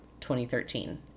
2013